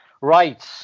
right